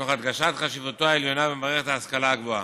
תוך הדגשת חשיבותו העליונה במערכת ההשכלה הגבוהה.